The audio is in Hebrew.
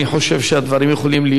כי צריך למנף,